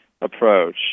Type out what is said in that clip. approach